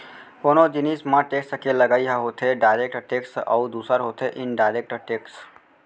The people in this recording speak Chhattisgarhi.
कोनो जिनिस म टेक्स के लगई ह होथे डायरेक्ट टेक्स अउ दूसर होथे इनडायरेक्ट टेक्स